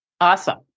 Awesome